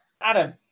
Adam